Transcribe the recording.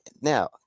Now